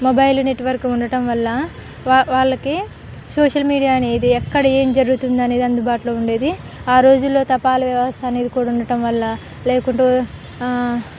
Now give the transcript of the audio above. mobile network ఉండటం వల్ల వాళ్ళకి సోషల్ మీడియా అనేది ఎక్కడ ఏం జరుగుతుంది అనేది అందుబాటులో ఉండేది ఆ రోజుల్లో తపాల వ్యవస్థ అనేది కూడా ఉండటం వల్ల లేకుంటే